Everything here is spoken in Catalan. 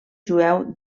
jueu